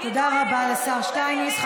תודה רבה לשר שטייניץ.